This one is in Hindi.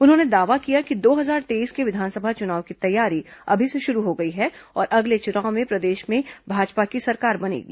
उन्होंने दावा किया कि दो हजार तेईस के विधानसभा चुनाव की तैयारी अभी से शुरू हो गई है और अगले चुनाव में प्रदेश में भाजपा की सरकार बनेगी